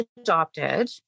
adopted